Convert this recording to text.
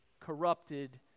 corrupted